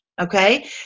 Okay